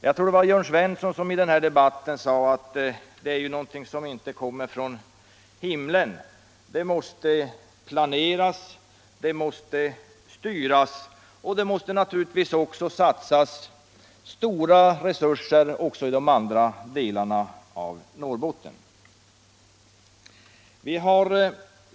Jag tror det var Jörn Svensson som i den här debatten sade att industrispridning är någonting som inte kommer från himlen. Den måste planeras och styras. Det måste naturligtvis satsas stora resurser också i de andra delarna av Norrbotten.